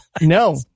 No